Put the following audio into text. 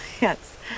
Yes